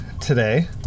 today